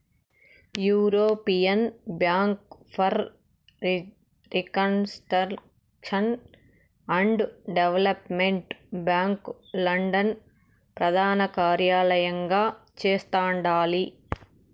European bank for reconstruction and development bank London ప్రదానకార్యలయంగా చేస్తండాలి